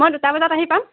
মই দুটা বজাত আহি পাম